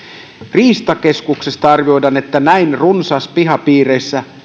riistakeskuksesta arvioidaan että näin runsas pihapiireissä